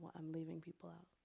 i'm leaving people out,